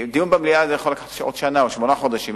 דיון במליאה יכול להיות בעוד שנה או שמונה חודשים.